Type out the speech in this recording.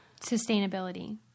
sustainability